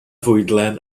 fwydlen